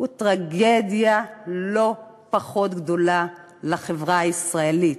הוא טרגדיה לא פחות גדולה לחברה הישראלית.